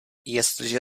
jestliže